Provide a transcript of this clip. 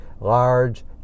large